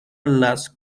las